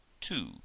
two